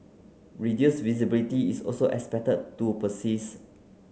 reduce visibility is also expected to persist